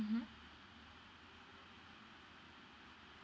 mmhmm